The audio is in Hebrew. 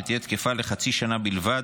שתהיה תקפה לחצי שנה בלבד,